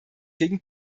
gegen